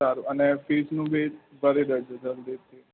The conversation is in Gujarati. સારું અને ફિસનું બી ભરી દેજો જલ્દીથી